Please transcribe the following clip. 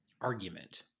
argument